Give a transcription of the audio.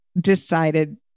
decided